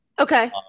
Okay